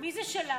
מי זה שלנו?